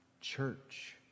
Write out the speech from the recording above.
church